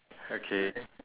okay